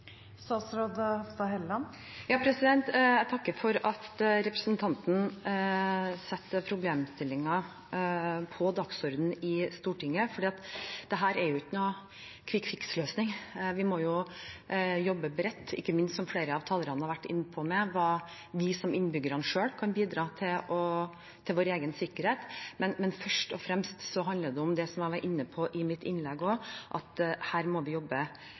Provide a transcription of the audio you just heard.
Jeg takker for at representanten setter problemstillingen på dagsordenen i Stortinget. Dette har ingen kvikkfiks-løsning. Vi må jobbe bredt – og ikke minst med, som flere av talerne har vært inne på, hva vi selv, som innbyggere, kan bidra med for vår egen sikkerhet. Men først og fremst handler dette om det jeg var inne på i innlegget mitt også, at her må vi jobbe